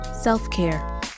self-care